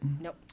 Nope